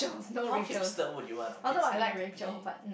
how Hypester would you want our kids name to be